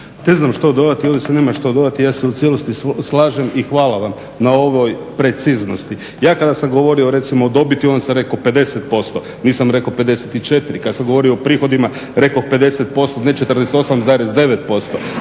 Ne znam što dodati. Ovdje se nema što dodati. Ja sam u cijelosti slažem i hvala vam na ovoj preciznosti. Ja kada sam govorio recimo o dobiti onda sam rekao 50%, nisam rekao 54. Kad sam govorio o prihodima, rekao 50%, ne 48,9%